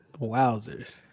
Wowzers